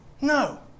No